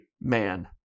man